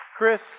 Chris